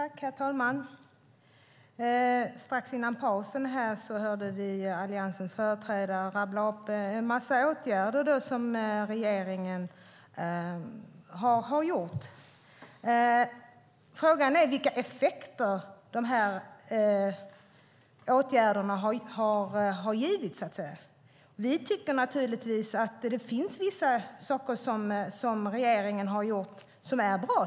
Herr talman! Strax före pausen här hörde vi Alliansens företrädare rabbla upp en massa åtgärder som regeringen har gjort. Frågan är vilka effekter dessa åtgärder har haft. Vi tycker naturligtvis att det finns vissa saker som regeringen har gjort som är bra.